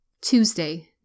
Tuesday